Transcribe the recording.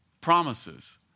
promises